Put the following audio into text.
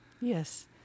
Yes